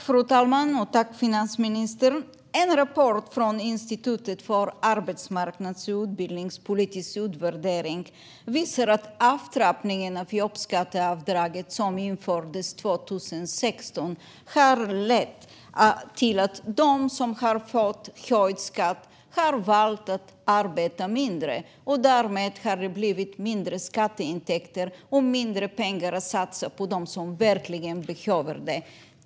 Fru talman! En rapport från Institutet för arbetsmarknads och utbildningspolitisk utvärdering visar att den avtrappning av jobbskatteavdraget som infördes 2016 har lett till att de som fått höjd skatt har valt att arbeta mindre. Därmed har det blivit mindre skatteintäkter och mindre pengar att satsa på dem som verkligen behöver det.